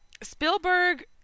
Spielberg